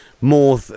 more